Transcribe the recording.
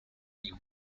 new